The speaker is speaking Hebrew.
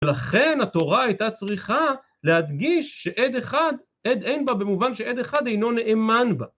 ולכן התורה הייתה צריכה להדגיש שעד אחד, עד אין בה במובן שעד אחד אינו נאמן בה